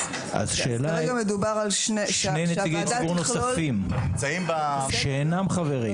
שני נציגי ציבור נוספים, שאינם חברים.